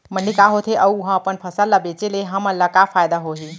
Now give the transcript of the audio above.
मंडी का होथे अऊ उहा अपन फसल ला बेचे ले हमन ला का फायदा होही?